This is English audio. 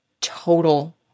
total